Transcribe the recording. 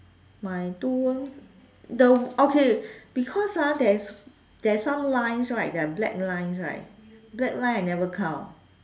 my two worms the okay because ah there's there's some lines right there are black lines right black lines I never count